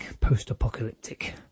post-apocalyptic